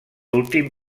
últim